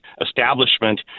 establishment